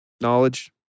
knowledge